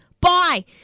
Bye